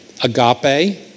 Agape